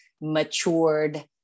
matured